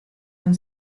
con